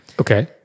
Okay